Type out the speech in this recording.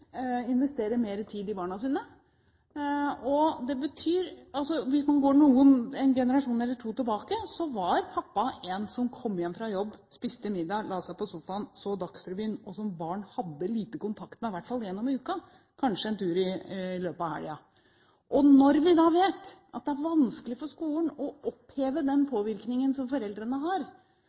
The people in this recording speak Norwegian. investerer mer tid i barna sine. Og hvis man går en generasjon eller to tilbake, var pappa en som kom hjem fra jobb, spiste middag, la seg på sofaen og så Dagsrevyen, og som barn hadde lite kontakt med, i hvert fall gjennom uka – kanskje var det en tur i løpet av helgen. Når vi da vet at det er vanskelig for skolen å oppheve den påvirkningen som foreldrene har,